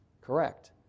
correct